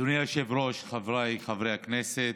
אדוני היושב-ראש, חבריי חברי הכנסת,